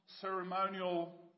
ceremonial